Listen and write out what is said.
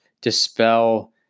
dispel